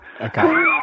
Okay